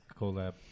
collab